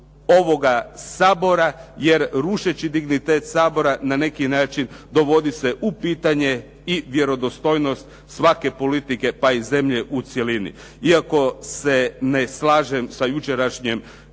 ovoga Sabora, jer rušeći dignitet Sabora na neki način dovodi se u pitanje i vjerodostojnost svake politike pa i zemlje u cjelini. Iako se ne slažem sa jučerašnjom